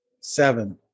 Seven